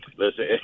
Listen